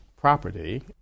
property